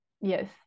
yes